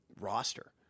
roster